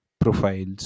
profiles